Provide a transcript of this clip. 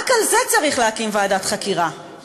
רק על זה צריך להקים ועדת חקירה,